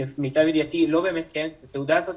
למיטב ידיעתי לא באמת קיימת התעודה הזאת.